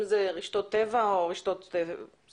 אם זה רשתות טבע או רשתות סופרמרקטים.